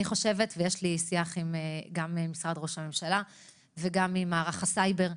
יש לי שיח גם עם משרד ראש הממשלה וגם עם מערך הסייבר,